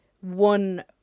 one